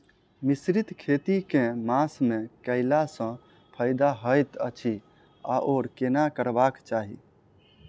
मिश्रित खेती केँ मास मे कैला सँ फायदा हएत अछि आओर केना करबाक चाहि?